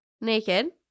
naked